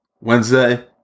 Wednesday